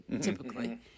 typically